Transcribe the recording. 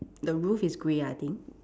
the roof is grey I think